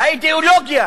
האידיאולוגיה